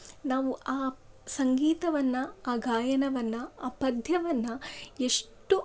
ನಾವು ಆ ಸಂಗೀತವನ್ನು ಆ ಗಾಯನವನ್ನು ಆ ಪದ್ಯವನ್ನು ಎಷ್ಟು